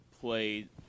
played